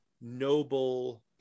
noble